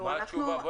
מה התשובה?